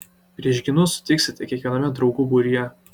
priešgynų sutiksite kiekviename draugų būryje